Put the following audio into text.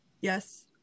Yes